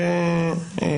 חוק ומשפט,